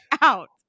out